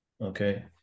Okay